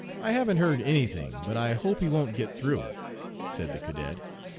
i haven't heard any thing, but i hope he won't get through said the cadet.